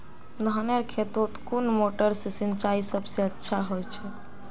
धानेर खेतोत कुन मोटर से सिंचाई सबसे अच्छा होचए?